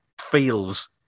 feels